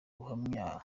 ubuhamya